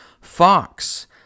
Fox